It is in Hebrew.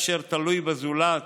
לנכה אשר תלוי בזולת